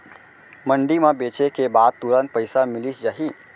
मंडी म बेचे के बाद तुरंत पइसा मिलिस जाही?